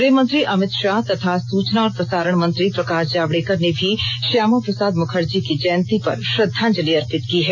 गृहमंत्री अमित शाह तथा सूचना और प्रसारण मंत्री प्रकाश जावडेकर ने भी श्यामा प्रसाद मुखर्जी की जयंती पर श्रद्धांजलि अर्पित की है